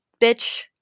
bitch